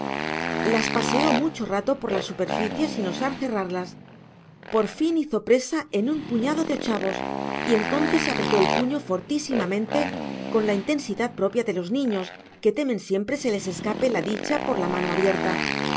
las paseó mucho rato por la superficie sin osar cerrarlas por fin hizo presa en un puñado de ochavos y entonces apretó el puño fortísimamente con la intensidad propia de los niños que temen siempre se les escape la dicha por la mano abierta